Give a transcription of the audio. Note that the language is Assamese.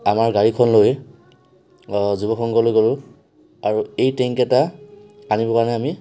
আমাৰ গাড়ীখনলৈ যুৱ সংঘলৈ গ'লো আৰু এই টেংক কেইটা আনিবৰ কাৰণে আমি